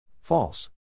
False